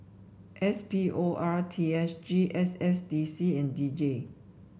S P O R T S G S S D C and D J